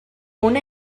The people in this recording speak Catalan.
una